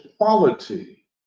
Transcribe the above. quality